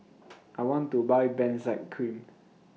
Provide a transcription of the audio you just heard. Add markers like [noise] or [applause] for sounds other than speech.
[noise] I want to Buy Benzac Cream